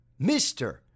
Mr